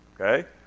Okay